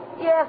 Yes